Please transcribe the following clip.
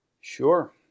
Sure